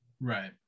right